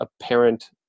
apparent